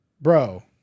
Bro